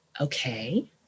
okay